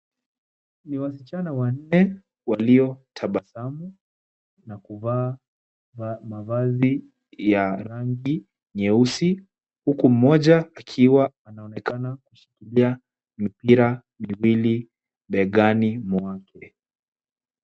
Ni wasichana wanne waliotabasamu na kuvaa mavazi ya rangi nyeusi, huku mmoja akiwa anaonekana kushikilia mipira miwili begani mwake.